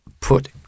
put